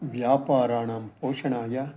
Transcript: व्यापाराणां पोषणाय